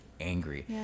angry